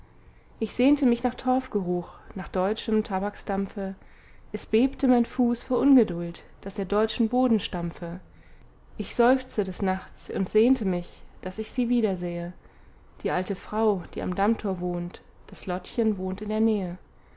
ich sehnte mich nach torfgeruch nach deutschem tabaksdampfe es bebte mein fuß vor ungeduld daß er deutschen boden stampfe ich seufzte des nachts und sehnte mich daß ich sie wiedersähe die alte frau die am dammtor wohnt das lottchen wohnt in der nähe